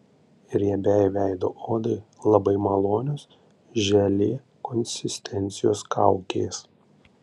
riebiai veido odai labai malonios želė konsistencijos kaukės